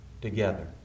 together